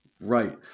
Right